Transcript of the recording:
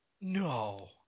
No